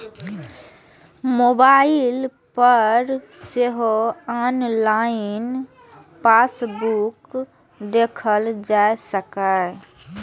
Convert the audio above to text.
mobile पर सेहो online passbook देखल जा सकैए